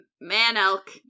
man-elk